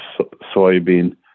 soybean